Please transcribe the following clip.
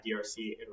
DRC